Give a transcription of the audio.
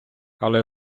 але